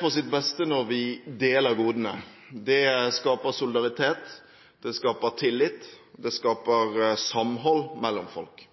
på sitt beste når vi deler godene. Det skaper solidaritet, det skaper tillit, og det skaper samhold mellom folk.